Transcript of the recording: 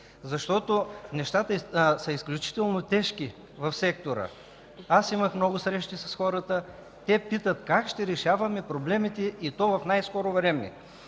защото нещата са изключително тежки в сектора. Имах много срещи с хората. Те питат как ще решаваме проблемите и то в най-скоро време.